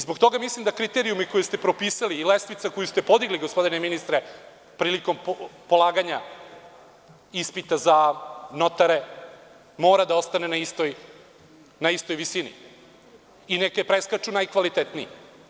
Zbog toga mislim da kriterijumi koje ste propisali i lestvica koju ste podigli gospodine ministre, prilikom polaganja ispita za notare, mora da ostane na istoj visini i neka je preskaču najkvalitetniji.